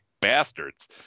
bastards